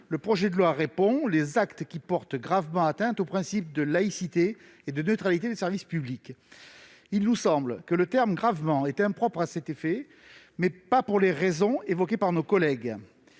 Le projet de loi répond qu'il s'agit des actes portant gravement atteinte au principe de laïcité et de neutralité des services publics. Il nous semble que le terme « gravement » est impropre à cet effet, mais pas pour les raisons évoquées par nos collègues.